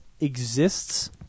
exists